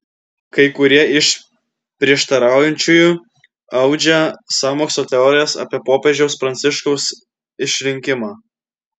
kai kurie iš prieštaraujančiųjų audžia sąmokslo teorijas apie popiežiaus pranciškaus išrinkimą